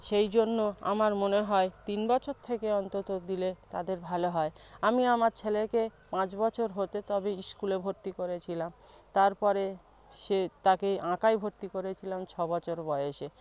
সেই জন্য আমার মনে হয় তিন বছর থেকে অন্তত দিলে তাদের ভালো হয় আমি আমার ছেলেকে পাঁচ বছর হতে তবে স্কুলে ভর্তি করেছিলাম তার পরে সে তাকে আঁকায় ভর্তি করেছিলাম ছ বছর বয়সে